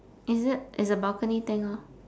is it it's a balcony thing lor